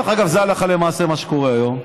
דרך אגב, זה הלכה למעשה מה שקורה היום.